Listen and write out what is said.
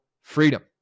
freedom